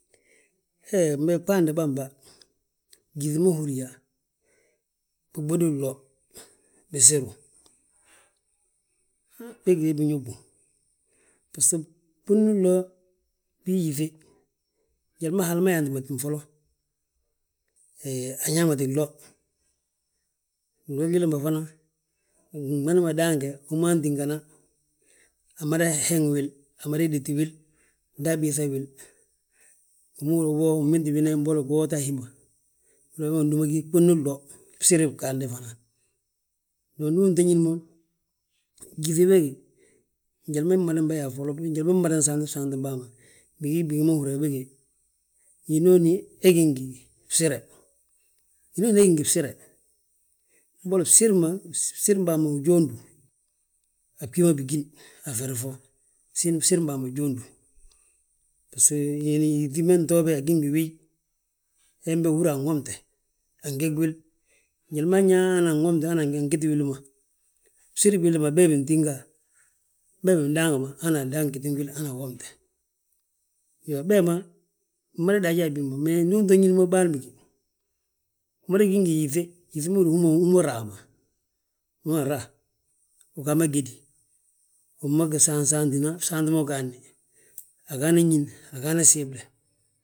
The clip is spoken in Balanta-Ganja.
He mee ɓaadi bamba, gyíŧi ma húri yaa biɓudi glo, bisiru? Hu bege biñóbu, biso, ɓudni glo bii yíŧe, njali ma Haala ma yaantimati foloŋ. Hee, añaamati glo, glo gilli ma fana, gmada ma daange wi ma tíngana, amada heŋi wil. Amada déti wil, nda abiiŧa wil, wi ma húri yaa wo win bintibine mboli giwooti a hí ma. Wee ma gdúba gí ɓudni glo, bsiri gaande hana, iyoo, ndu unto ñín mo, gyíŧi bége, njali ma mmadan bà yaa foloŋ. Njali ma mmada saanti saantim bàa ma, bigí bigi ma húri yaa bége, hinooni he gí ngi bsire, hinooni he gí ngi bsire. Mbolo bsirim bàa ma wu jóondu, a bgí ma bigíni, a feri fo, bsirim bàa ma jóondu. Baso yíŧi ma ntoo be agí ngi wiy, hembe uhúri yaa anwomte, angeg wil, njali ma nyaa angeg wil angiti wili ma. Bsiri billi ma, bee bi ntínga, bee bi ndaangi ma hana adan gitini wil, hana awomte. Iyoo, bee ma, mmada daaja a bi ma, mee ndi unto ñín mo bâan bége, umada gí ngi yíŧe, yíŧi ma húri yaa hú ma, hú mee raama, uman raa. Ugaa ma gédi, uma gan sansaantina, fsaanti ma ugaadni, agaana ñín, agaana siimle.